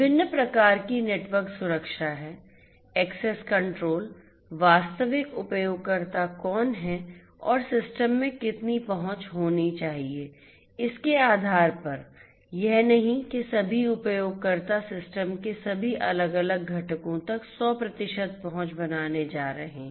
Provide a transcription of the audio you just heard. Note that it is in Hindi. विभिन्न प्रकार की नेटवर्क सुरक्षा हैं एक्सेस कंट्रोल वास्तविक उपयोगकर्ता कौन हैं और सिस्टम में कितनी पहुंच होनी चाहिए इसके आधार पर यह नहीं कि सभी उपयोगकर्ता सिस्टम के सभी अलग अलग घटकों तक 100 प्रतिशत पहुंच बनाने जा रहे हैं